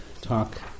talk